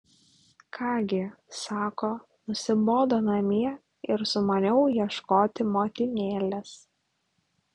ką gi sako nusibodo namie ir sumaniau ieškoti motinėlės